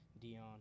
Dion